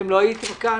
לא הייתם כאן.